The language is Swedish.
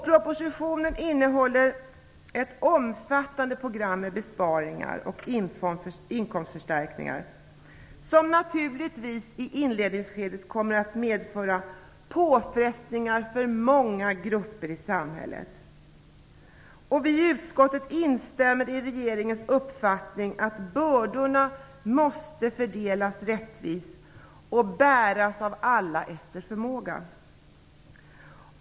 Propositionen innehåller ett omfattande program med besparingar och inkomstförstärkningar som i inledningsskedet naturligtvis kommer att medföra påfrestningar för många grupper i samhället. Utskottet instämmer i regeringens uppfattning att bördorna måste fördelas rättvist och bäras av alla efter förmåga.